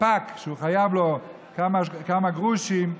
ספק שהוא חייב לו כמה גרושים,